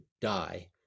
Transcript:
die